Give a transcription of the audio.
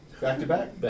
Back-to-back